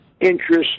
interest